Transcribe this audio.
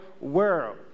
world